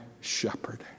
shepherd